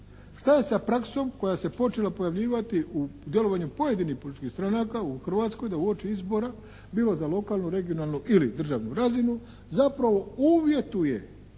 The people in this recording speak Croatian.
Šta je sa praksom koja se počela pojavljivati u djelovanju pojedinih političkih stranaka u Hrvatskoj da uoči izbora bilo za lokalnu, regionalnu ili državnu razinu zapravo uvjetuje